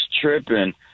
tripping